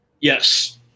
Yes